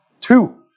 two